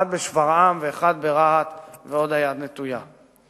אחד בשפרעם ואחד ברהט, ועוד היד נטויה.